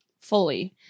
fully